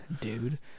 dude